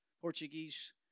Portuguese